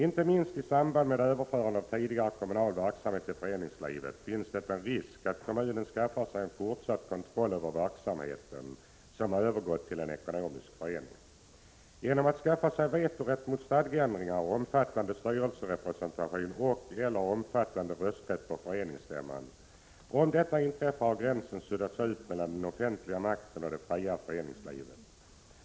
Inte minst i samband med överförande av tidigare kommunal verksamhet till föreningslivet finns det en risk att kommunen skaffar sig en fortsatt kontroll över verksamhet som övergått till en ekonomisk förening genom att skaffa sig vetorätt mot stadgeändringar, omfattande styrelserepresentation och/eller omfattande rösträtt på föreningsstämman. Om detta inträffar, har gränsen suddats ut mellan den offentliga makten och det fria föreningslivet.